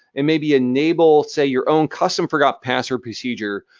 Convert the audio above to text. and maybe enable, say, your own custom forgot password procedure,